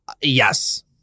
yes